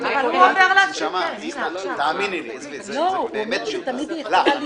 נשמה, תאמיני לי, זה באמת מיותר.